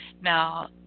Now